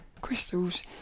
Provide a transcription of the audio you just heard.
crystals